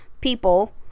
people